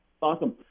Awesome